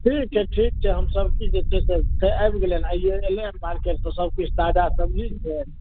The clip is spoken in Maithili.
ठीक छै ठीक छै हमसभ किछु जे छै से आबि गेलनि आइए एलैहन गाड़ी सभकिछु ताजा सब्जी छै